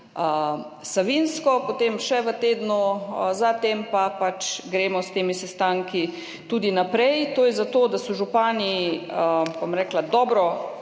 Savinjsko, potem še v tednu za tem pa gremo s temi sestanki tudi naprej. To je zato, da so župani dobro